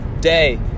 day